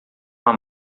uma